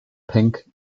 pink